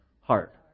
heart